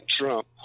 Trump